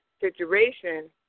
situation